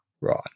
Right